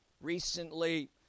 recently